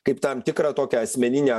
kaip tam tikrą tokią asmeninę